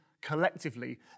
collectively